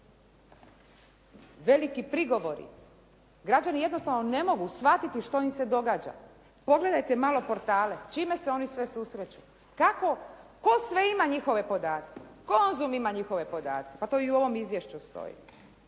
veliki prigovori. Građani jednostavno ne mogu shvatiti što im se događa. Pogledajte malo portale, čime se oni sve susreću? Tko sve ima njihove podatke? "Konzum" ima njihove podatke, pa to i u ovom izvješću stoji.